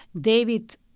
David